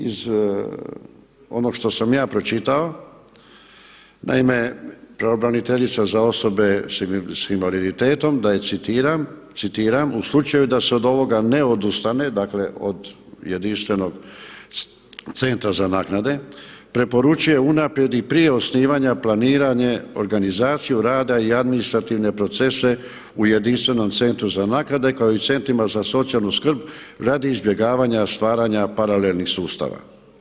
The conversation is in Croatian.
Ono što sam ja pročitao, naime pravobraniteljica za osobe s invaliditetom da je citiram „u slučaju da se od ovoga ne odustane“ dakle od jedinstvenog centra za naknade „preporučuje i unaprijed i prije osnivanja planiranje organizaciju rada i administrativne procese u jedinstvenom centru za naknade kao i u centrima za socijalnu skrb radi izbjegavanja stvaranja paralelnih sustava“